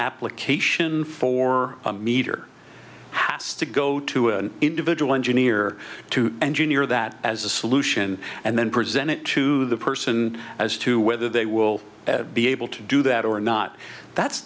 application for a meter has to go to an individual engineer to engineer that as a solution and then present it to the person as to whether they will be able to do that or not that's